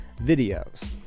videos